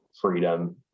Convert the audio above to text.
freedom